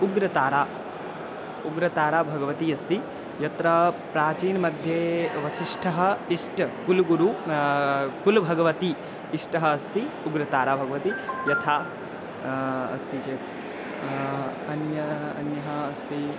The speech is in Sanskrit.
उग्रतारा उग्रतारा भगवती अस्ति यत्र प्राचीनमध्ये वसिष्ठः इष्ट कुलुगुरुः कुलु भगवती इष्टः अस्ति उग्रतारा भवति यथा अस्ति चेत् अन्य अन्य अस्ति